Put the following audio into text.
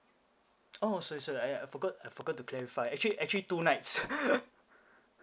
oh sorry sorry I I forgot I forgot to clarify actually actually two nights